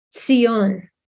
Sion